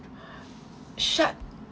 shut